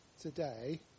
today